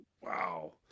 wow